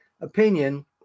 opinion